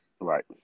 Right